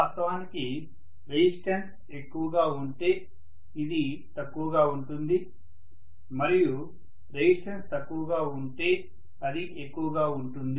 వాస్తవానికి రెసిస్టన్స్ ఎక్కువగా ఉంటే ఇది తక్కువగా ఉంటుంది మరియు రెసిస్టన్స్ తక్కువ ఉంటే అది ఎక్కువగా ఉంటుంది